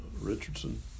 Richardson